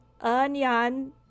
onion